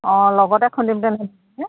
অঁ লগতে খুন্দি